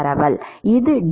பரவல் இது D